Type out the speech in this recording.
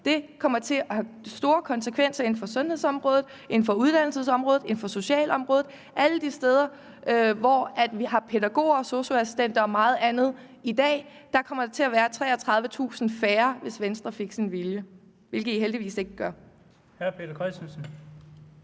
kommer til at have store konsekvenser inden for sundhedsområdet, inden for uddannelsesområdet, inden for socialområdet – alle de steder, hvor vi har pædagoger, SOSU-assistenter osv. i dag. Her kommer der til at være 33.000 færre, hvis Venstre fik sin vilje, hvilket de heldigvis ikke gør. Kl. 14:32 Den fg.